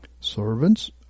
Servants